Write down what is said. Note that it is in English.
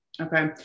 Okay